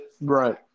Right